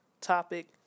topic